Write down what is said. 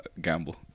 Gamble